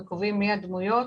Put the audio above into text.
וקובעים מי הדמויות.